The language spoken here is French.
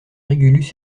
régulus